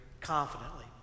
confidently